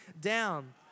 down